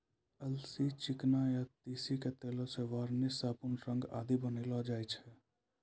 अलसी, चिकना या तीसी के तेल सॅ वार्निस, साबुन, रंग आदि बनैलो जाय छै